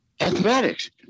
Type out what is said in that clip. Mathematics